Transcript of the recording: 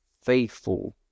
faithful